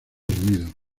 unidos